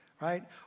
right